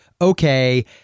okay